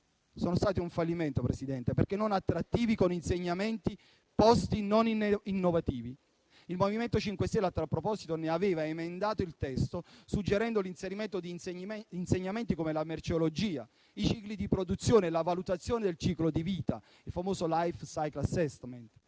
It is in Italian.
sono stati un fallimento perché non attrattivi con insegnamenti non innovativi. Il MoVimento 5 Stelle, a tal proposito, ne aveva emendato il testo, suggerendo l'inserimento di insegnamenti come la merceologia, i cicli di produzione, la valutazione del ciclo di vita (il famoso *life cycle assessment*)